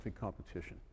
competition